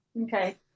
Okay